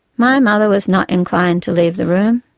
my mother was not inclined to leave the room.